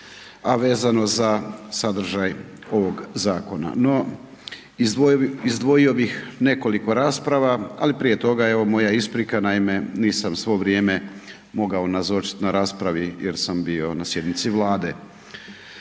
a vezano za sadržaj ovoga Zakona. No, izdvojio bih nekoliko rasprava, ali prije toga evo moja isprika. Naime, nisam svo vrijeme mogao nazočiti na raspravi jer sam bio na sjednici Vlade.